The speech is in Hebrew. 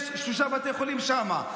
ויש שלושה בתי חולים שם,